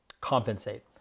compensate